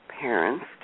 parents